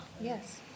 Yes